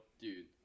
Dude